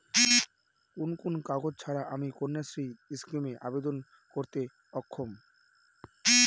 কোন কোন কাগজ ছাড়া আমি কন্যাশ্রী স্কিমে আবেদন করতে অক্ষম?